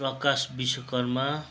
Prakash Vishwakarma